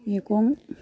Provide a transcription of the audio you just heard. मैगं